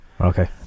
Okay